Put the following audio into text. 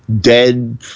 dead